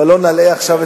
אבל לא נלאה עכשיו,